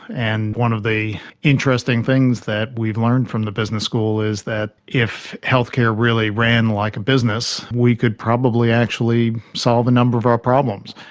and one of the interesting things that we've learned from the business school is that if healthcare really ran like a business, we could probably actually solve a number of our problems.